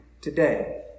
today